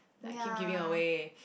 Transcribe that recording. like keep giving away